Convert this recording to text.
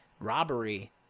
robbery